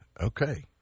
Okay